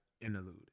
interlude